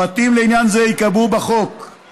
פרטים לעניין זה ייקבעו בחוק";